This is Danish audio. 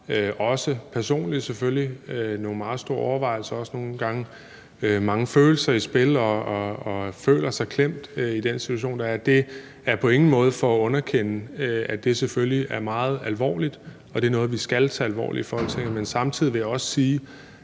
personligt har nogle meget store overvejelser og også nogle gange mange følelser i spil og føler sig klemt i den situation. Det er på ingen måde for at underkende, at det selvfølgelig er meget alvorligt, og at det er noget, vi skal tage alvorligt i Folketinget, men samtidig vil jeg også sige,